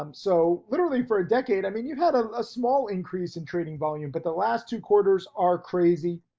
um so literally for a decade i mean you've had ah a small increase in trading volume, but the last two quarters are crazy.